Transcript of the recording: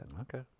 Okay